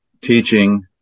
teaching